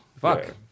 fuck